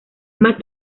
más